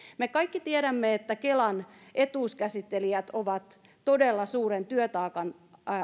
me kaikki tiedämme että kelan etuuskäsittelijät ovat todella suuren työtaakan